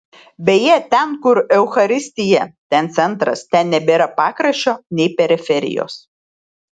beje ten kur eucharistija ten centras ten nebėra pakraščio nei periferijos